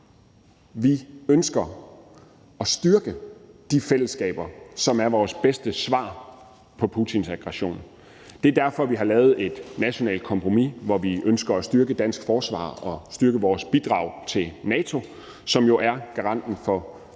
vi ønsker at styrke de fællesskaber, som er vores bedste svar på Putins aggression. Det er derfor, at vi har lavet et nationalt kompromis, hvor vi ønsker at styrke dansk forsvar og styrke vores bidrag til NATO, som jo er garanten for fred og sikkerhed.